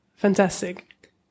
Fantastic